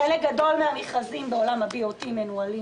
חלק גדול מן המכרזים בעולם ה-BOT מנוהלים